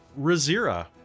Razira